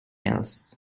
else